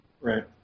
Right